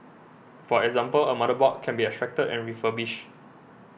for example a motherboard can be extracted and refurbished